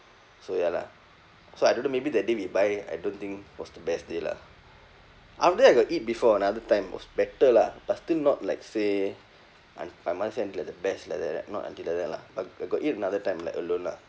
so ya lah so I don't know maybe that day we buy I don't think was the best day lah after that I got eat before another time was better lah but still not like say my my mother say until like the best like that not until like that lah but I got eat another time like alone lah